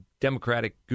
Democratic